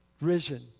risen